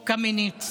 חוק קמיניץ